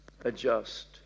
adjust